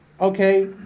Okay